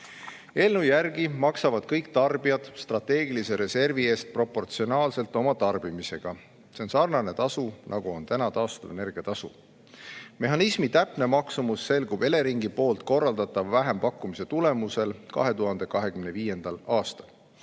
Eelnõu järgi maksavad kõik tarbijad strateegilise reservi eest proportsionaalselt oma tarbimisega. See on sarnane tasu, nagu on taastuvenergia tasu. Mehhanismi täpne maksumus selgub Eleringi korraldatava vähempakkumise tulemusel 2025. aastal.